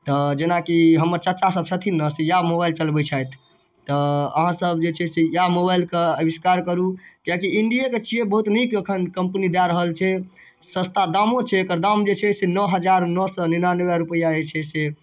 तऽ जेनाकि हमर चाचासभ छथिन ने से इएह मोबाइल चलबै छथि तऽ अहाँसभ जे छै से इएह मोबाइलके आविष्कार करू किएकि इण्डिएके छियै बहुत नीक एखन कंपनी दए रहल छै सस्ता दामो छै एकर दाम जे छै से नओ हजार नओ सए निनानबे रुपैआ जे छै से